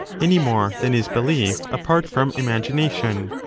any more than is belief apart from imagination.